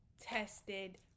tested